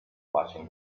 watching